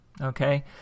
okay